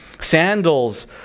Sandals